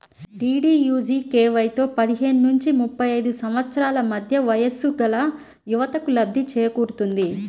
డీడీయూజీకేవైతో పదిహేను నుంచి ముప్పై ఐదు సంవత్సరాల మధ్య వయస్సుగల యువతకు లబ్ధి చేకూరుతుంది